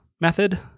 method